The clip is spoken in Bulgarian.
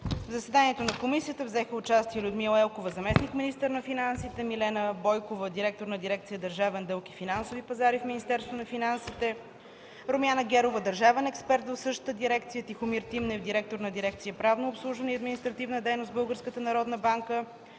В заседанието на комисията взеха участие Людмила Елкова – заместник-министър на финансите, Милена Бойкова – директор на дирекция „Държавен дълг и финансови пазари” в Министерство на финансите, Румяна Герова – държавен експерт в същата дирекция, Тихомир Тимнев – директор на дирекция „Правно обслужване и административна дейност”